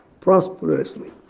prosperously